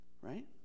right